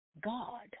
God